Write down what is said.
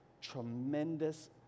Tremendous